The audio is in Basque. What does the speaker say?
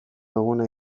eguna